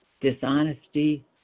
dishonesty